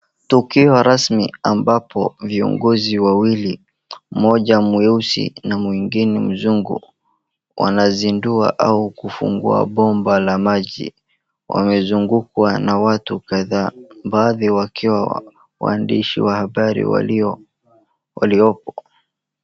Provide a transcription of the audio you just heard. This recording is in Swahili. Tukio rasmi amabapo viongozi wawili mmoja mweusi na mwingine mzungu wanazindua au kufungua bomba la maji. Wamezungukwa na watu kadhaa baadhi wakiwa waandishi wa habari walio waliopo.